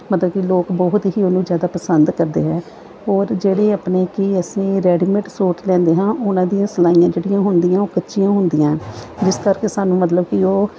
ਮਤਲਬ ਕਿ ਲੋਕ ਬਹੁਤ ਹੀ ਉਹਨੂੰ ਜ਼ਿਆਦਾ ਪਸੰਦ ਕਰਦੇ ਹੈ ਔਰ ਜਿਹੜੀ ਆਪਣੀ ਕਿ ਅਸੀਂ ਰੈਡੀਮੇਡ ਸੂਟ ਲੈਂਦੇ ਹਾਂ ਉਹਨਾਂ ਦੀਆਂ ਸਿਲਾਈਆਂ ਜਿਹੜੀਆਂ ਹੁੰਦੀਆਂ ਉਹ ਕੱਚੀਆਂ ਹੁੰਦੀਆਂ ਜਿਸ ਕਰਕੇ ਸਾਨੂੰ ਮਤਲਬ ਕਿ ਉਹ